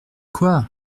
quoi